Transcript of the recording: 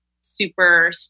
super